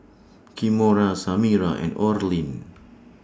Kimora Samira and Orlin